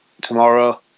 tomorrow